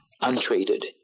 untreated